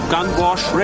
Gunwash